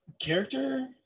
character